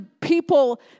people